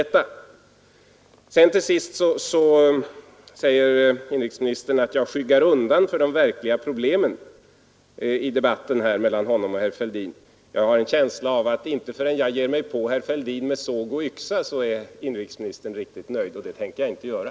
Till sist säger inrikesministern att jag skyggar undan för de verkliga problemen i debatten mellan honom och herr Fälldin. Jag har en känsla av att inte förrän jag ger mig på herr Fälldin med såg och yxa är inrikesministern riktigt nöjd — men det tänker jag inte göra.